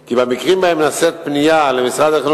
כי כאשר מגיעות למשרד החינוך